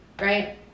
right